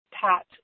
pat